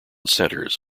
centres